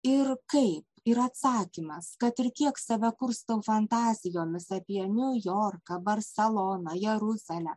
ir kai yra atsakymas kad ir kiek save kurstau fantazijomis apie niujorką barseloną jeruzalę